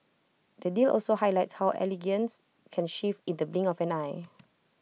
the deal also highlights how elegance can shift in the blink of an eye